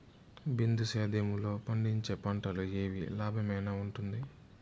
బిందు సేద్యము లో పండించే పంటలు ఏవి లాభమేనా వుంటుంది?